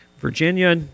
Virginia